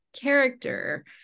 character